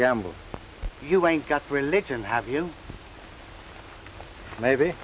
gamble you ain't got religion have you maybe